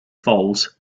falls